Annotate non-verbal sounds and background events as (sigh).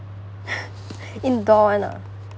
(laughs) indoor [one] lah